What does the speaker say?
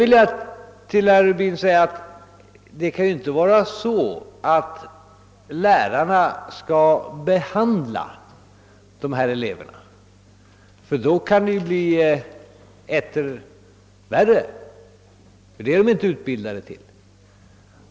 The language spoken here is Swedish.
Det kan naturligtvis inte vara så att lärarna skall behandla dessa elever — i så fall skulle det kunna bli etter värre, ty det är de inte utbildade för.